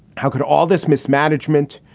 how could all this mismanagement,